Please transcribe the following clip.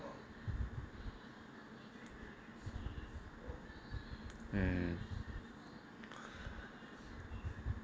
um